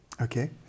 Okay